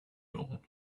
dawn